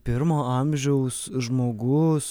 pirmo amžiaus žmogus